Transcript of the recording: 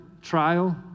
trial